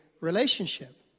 relationship